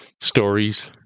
stories